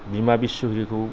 बिमा बिस्वहरिखौ